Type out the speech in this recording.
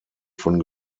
von